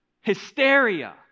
hysteria